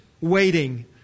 waiting